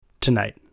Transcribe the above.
tonight